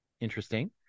Interesting